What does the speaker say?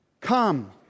Come